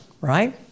right